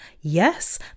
Yes